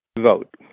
vote